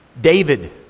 David